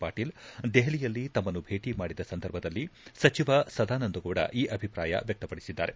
ಪಾಟೀಲ್ ದೆಹಲಿಯಲ್ಲಿ ತಮ್ಮನ್ನು ಭೇಟಿ ಮಾಡಿದ ಸಂದರ್ಭದಲ್ಲಿ ಸಚಿವ ಸದಾನಂದಗೌಡ ಈ ಅಭಿಪ್ರಾಯ ವ್ಯಕ್ತಪಡಿಸಿದ್ದಾರೆ